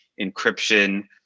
encryption